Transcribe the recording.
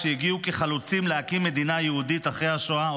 שהגיעו כחלוצים להקים מדינה יהודית אחרי השואה,